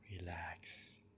Relax